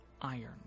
iron